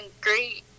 great